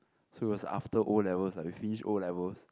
so it was after O-levels ah we finished O-levels